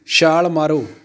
ਛਾਲ ਮਾਰੋ